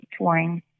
touring